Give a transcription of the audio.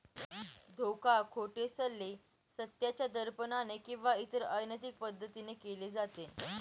धोका, खोटे सल्ले, सत्याच्या दडपणाने किंवा इतर अनैतिक पद्धतीने केले जाते